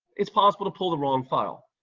it's possible to pull the wrong file.